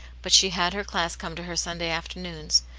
but she had her class come to her sunday after noons,